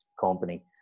company